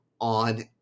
on